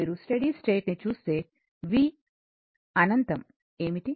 మీరు steady state ని చూస్తే v అనంతం ఏమిటీ